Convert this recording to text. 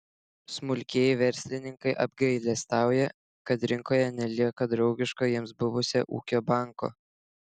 smulkieji verslininkai apgailestauja kad rinkoje nelieka draugiško jiems buvusio ūkio banko